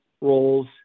roles